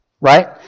right